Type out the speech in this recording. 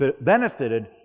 benefited